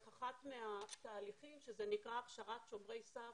אחד מהתהליכים שזה נקרא הכשרת שומרי סף,